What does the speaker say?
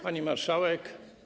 Pani Marszałek!